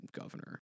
governor